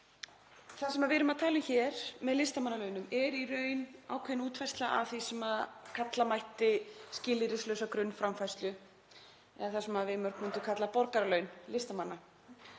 Það sem við erum að tala um hér með listamannalaunum er í raun ákveðin útfærsla af því sem kalla mætti skilyrðislausa grunnframfærslu, eða það sem við mörg myndum kalla borgaralaun listamanna.